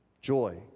joy